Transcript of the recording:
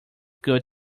good